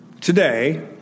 today